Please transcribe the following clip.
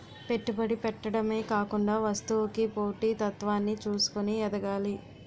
పెట్టుబడి పెట్టడమే కాకుండా వస్తువుకి పోటీ తత్వాన్ని చూసుకొని ఎదగాలి